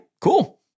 cool